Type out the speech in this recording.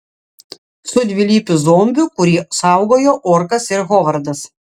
su dvilypiu zombiu kurį saugojo orkas ir hovardas